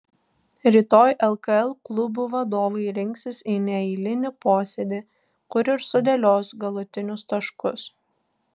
rytoj lkl klubų vadovai rinksis į neeilinį posėdį kur ir sudėlios galutinius taškus